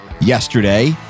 yesterday